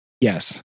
Yes